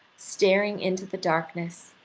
staring into the darkness,